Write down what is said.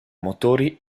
motori